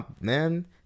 man